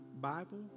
Bible